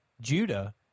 Judah